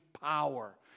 power